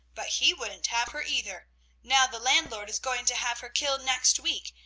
but he wouldn't have her either now the landlord is going to have her killed next week,